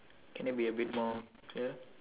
can you be a bit more clear